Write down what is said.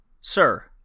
Sir